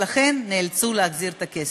והן נאלצו להחזיר את הכסף.